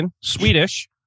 Swedish